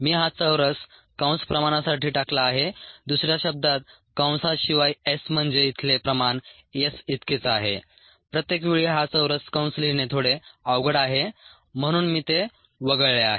मी हा चौरस कंस प्रमाणासाठी टाकला आहे दुसऱ्या शब्दांत कंसाशिवाय s म्हणजे इथले प्रमाण s इतकेच आहे प्रत्येक वेळी हा चौरस कंस लिहिणे थोडे अवघड आहे म्हणून मी ते वगळले आहे